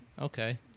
Okay